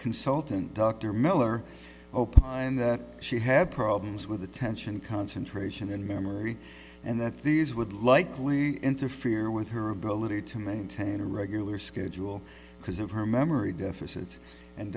consultant dr miller opined that she had problems with attention concentration and memory and that these would likely interfere with her ability to maintain a regular schedule because of her memory deficits and